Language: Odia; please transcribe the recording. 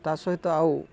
ତା ସହିତ ଆଉ